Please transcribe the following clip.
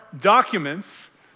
documents